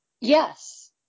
Yes